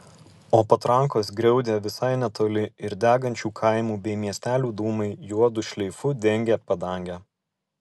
o patrankos griaudė visai netoli ir degančių kaimų bei miestelių dūmai juodu šleifu dengė padangę